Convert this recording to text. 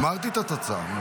אמרתי את התוצאה.